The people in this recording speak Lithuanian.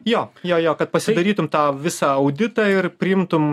jo jo jo kad pasidarytum tą visą auditą ir priimtum